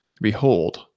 Behold